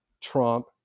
trump